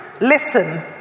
Listen